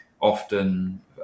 often